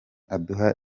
aduha